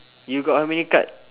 you got how many card